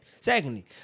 Secondly